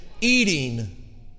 eating